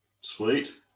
Sweet